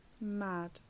Mad